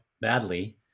badly